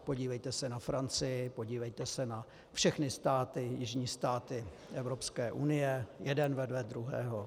Podívejte se na Francii, podívejte se na všechny státy, jižní státy Evropské unie, jeden vedle druhého.